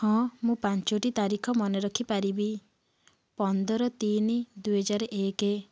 ହଁ ମୁଁ ପାଞ୍ଚଟି ତାରିଖ ମନେ ରଖିପାରିବି ପନ୍ଦର ତିନି ଦୁଇ ହଜାର ଏକ